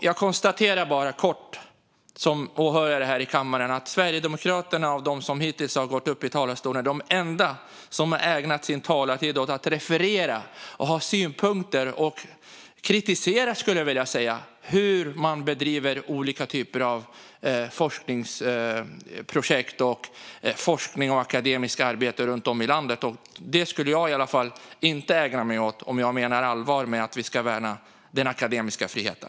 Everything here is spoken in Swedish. Jag konstaterar bara kort, som åhörare här i kammaren, att av dem som hittills gått upp i talarstolen är Sverigedemokraterna de enda som har ägnat sin talartid åt att referera, kritisera och ha synpunkter på hur man bedriver olika typer av forskningsprojekt och akademiska arbeten runt om i landet. Det skulle i alla fall jag inte ägna mig åt om jag menade allvar med att vi ska värna den akademiska friheten.